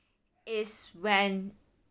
is when